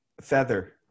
Feather